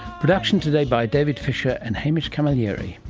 production today by david fisher and hamish camilleri.